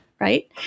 Right